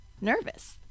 nervous